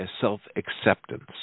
self-acceptance